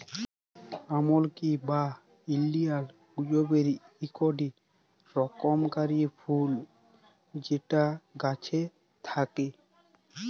আমলকি বা Indian gooseberry ইকটি রকমকার ফুল যেটা গাছে থাক্যে